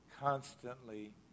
constantly